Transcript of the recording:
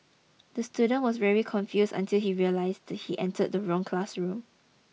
the student was very confused until he realised he entered the wrong classroom